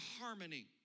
harmony